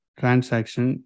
transaction